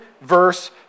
verse